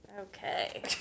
Okay